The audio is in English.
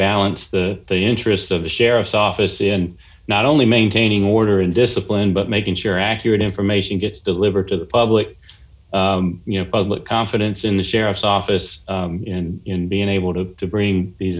balance the interests of the sheriff's office in not only maintaining order and discipline but making sure accurate information gets delivered to the public you know public confidence in the sheriff's office and in being able to bring these